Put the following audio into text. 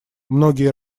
многие